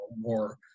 more